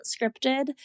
scripted